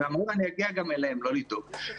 אני נגיע גם אליהם לא לדאוג.